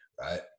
right